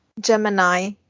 Gemini